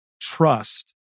trust